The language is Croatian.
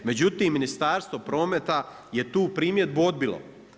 Međutim, Ministarstvo prometa je tu primjedbu odbilo.